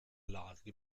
lage